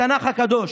בתנ"ך הקדוש,